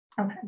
Okay